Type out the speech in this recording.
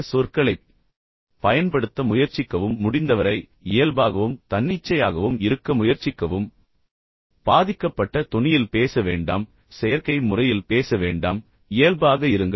எளிய சொற்களைப் பயன்படுத்த முயற்சிக்கவும் முடிந்தவரை இயல்பாகவும் தன்னிச்சையாகவும் இருக்க முயற்சிக்கவும் பாதிக்கப்பட்ட தொனியில் பேச வேண்டாம் செயற்கை முறையில் பேச வேண்டாம் இயல்பாக இருங்கள்